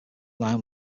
line